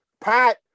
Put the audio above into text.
Pat